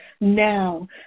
now